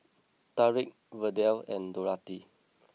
Tariq Verdell and Dorathy